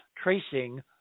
tracing